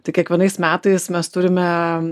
tai kiekvienais metais mes turime